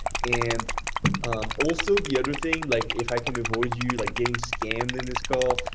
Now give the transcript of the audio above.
and also the other thing like if i can avoid you like getting scammed in this call.